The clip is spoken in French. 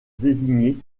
désigner